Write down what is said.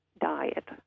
diet